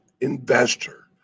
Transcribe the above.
investor